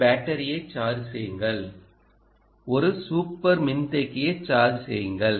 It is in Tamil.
ஒரு பேட்டரியை சார்ஜ் செய்யுங்கள் ஒரு சூப்பர் மின்தேக்கியை சார்ஜ் செய்யுங்கள்